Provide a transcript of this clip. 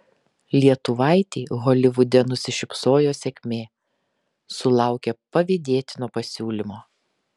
lietuvaitei holivude nusišypsojo sėkmė sulaukė pavydėtino pasiūlymo